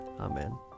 Amen